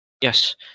yes